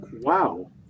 wow